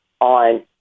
on